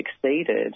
succeeded